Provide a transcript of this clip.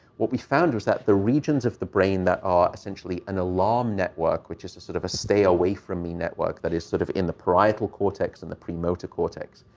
what we found was that the regions of the brain that are essentially an alarm network, which is a sort of a stay-away-from-me network that is sort of in the parietal cortex and the premotor cortex,